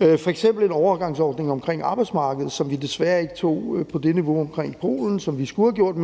f.eks. en overgangsordning omkring arbejdsmarkedet, som vi desværre ikke tog på det niveau, som vi skulle have gjort,